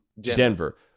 Denver